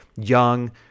young